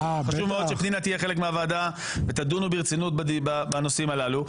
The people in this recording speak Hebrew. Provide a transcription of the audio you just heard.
חשוב מאוד שפנינה תהיה חלק מהוועדה ותדונו ברצינות בנושאים הללו.